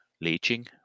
leaching